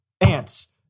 ants